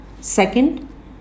Second